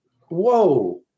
Whoa